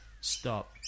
Stop